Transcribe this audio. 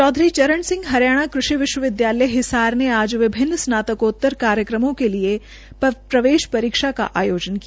चौधरी चरण सिंह हरियाणा कृषि विश्वविद्यालय हिसार ने आज विभिन्न स्नातकोतर कार्यक्रमों के लिए प्रवेश परीक्षा का आयोजन किया